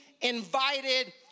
invited